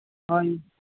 ਹਾਂਜੀ